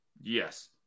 Yes